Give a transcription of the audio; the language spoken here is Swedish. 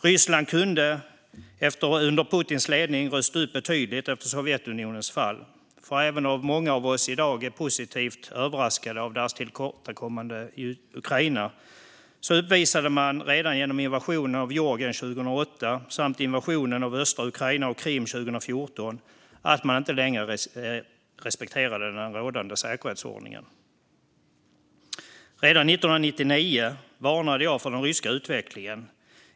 Ryssland kunde under Putins ledning rusta upp betydligt efter Sovjetunionens fall. Även om många av oss i dag är positivt överraskade av Rysslands tillkortakommanden i Ukraina uppvisade man redan genom invasionen av Georgien 2008 och invasionen av östra Ukraina och Krim 2014 att man inte längre respekterade den rådande säkerhetsordningen. Redan 1999 varnade jag för den ryska utvecklingen.